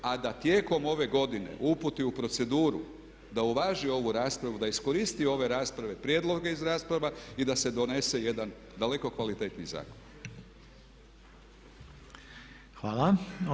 A da tijekom ove godine uputi u proceduru da uvaži ovu raspravu, da iskoristi ove rasprave, prijedloge iz rasprava i da se donese jedan daleko kvalitetniji zakon.